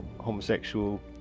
homosexual